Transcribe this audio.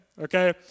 okay